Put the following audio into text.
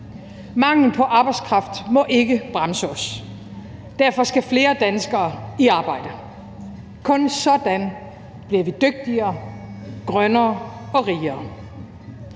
Manglen på arbejdskraft må ikke bremse os. Derfor skal flere danskere i arbejde. Kun sådan bliver vi dygtigere, grønnere og rigere.